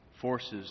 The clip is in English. forces